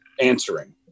answering